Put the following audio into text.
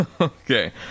Okay